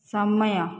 ସମୟ